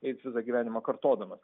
eiti visą gyvenimą kartodamas